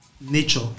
nature